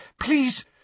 Please